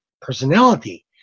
personality